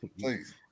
please